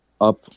up